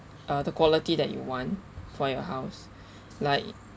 uh the quality that you want for your house like